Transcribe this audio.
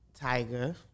Tiger